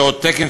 שעות תקן,